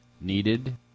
needed